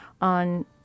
on